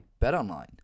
BetOnline